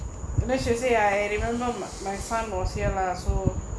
and then she say I remember my son was here lah so